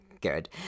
good